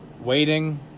waiting